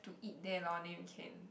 eat there lor then only